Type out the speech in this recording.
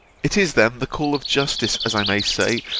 it is then the call of justice, as i may say,